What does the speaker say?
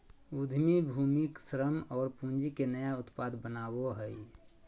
उद्यमी भूमि, श्रम और पूँजी के नया उत्पाद बनावो हइ